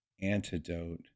antidote